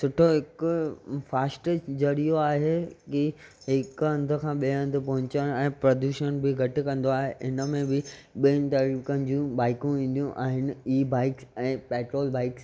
सुठो हिकु फास्टैस्ट ज़रियो आहे की हिकु हंध खां ॿिए हंधु पहुचणु आहे प्रदूषण बि घटि कंदो आहे इन में बि ॿिनि तरीकनि जूं बाइकूं ईंदियूं आहिनि ई बाइक्स ऐं पैट्रोल बाइक्स